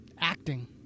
acting